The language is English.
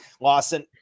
Lawson